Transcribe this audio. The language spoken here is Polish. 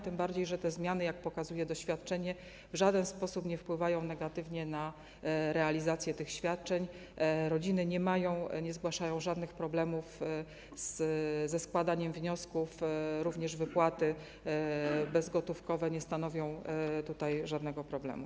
Tym bardziej że te zmiany, jak pokazuje doświadczenie, w żaden sposób nie wpływają negatywnie na realizację tych świadczeń, rodziny nie mają, nie zgłaszają żadnych problemów ze składaniem wniosków, również wypłaty bezgotówkowe nie stanowią tutaj żadnego problemu.